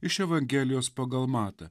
iš evangelijos pagal matą